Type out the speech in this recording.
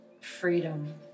freedom